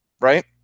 right